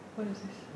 what is this